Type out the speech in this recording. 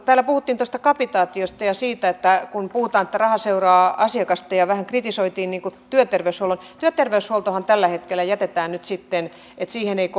täällä puhuttiin tästä kapitaatiosta ja siitä että puhutaan että raha seuraa asiakasta ja vähän kritisoitiin työterveyshuoltoa työterveyshuoltohan tällä hetkellä jätetään nyt sitten siihen ei